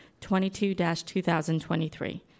22-2023